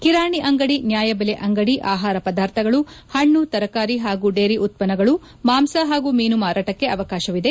ಕಿರಾಣಿ ಅಂಗಡಿ ನ್ಯಾಯಬೆಲೆ ಅಂಗಡಿ ಆಪಾರ ಪದಾರ್ಥಗಳು ಪಣ್ಣು ತರಕಾರಿ ಹಾಗೂ ಡೇರಿ ಉತ್ತನ್ನಗಳು ಮಾಂಸ ಹಾಗೂ ಮೀನು ಮಾರಾಟಕ್ಕೆ ಅವಕಾಶವಿದೆ